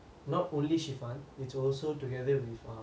not only shefun it's also together with err